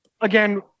again